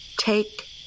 Take